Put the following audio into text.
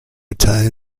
italian